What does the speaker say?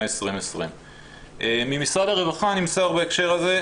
2020. ממשרד הרווחה נמסר בהקשר הזה,